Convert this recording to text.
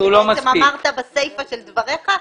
הגדלת נתח השוק של החברות החוץ